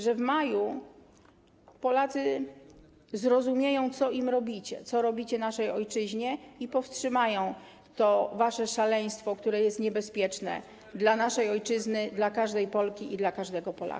Że w maju Polacy zrozumieją, co im robicie, co robicie naszej ojczyźnie, i powstrzymają to wasze szaleństwo, które jest niebezpieczne dla naszej ojczyzny, dla każdej Polki i dla każdego Polaka.